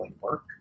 work